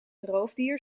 roofdier